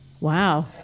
Wow